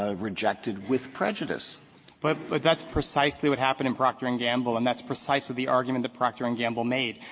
ah rejected with prejudice but but that's precisely what happened in procter and gamble and that's precisely the argument that procter and gamble made.